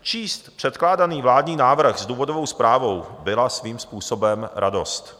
Číst předkládaný vládní návrh s důvodovou zprávou byla svým způsobem radost.